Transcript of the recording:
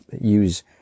use